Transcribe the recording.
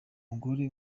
mugore